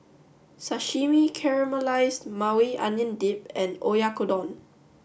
Sashimi Caramelized Maui Onion Dip and Oyakodon